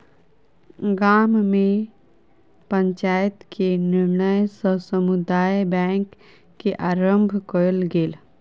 गाम में पंचायत के निर्णय सॅ समुदाय बैंक के आरम्भ कयल गेल